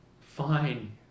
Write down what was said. fine